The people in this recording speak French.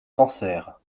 sancerre